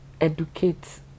educate